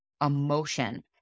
emotion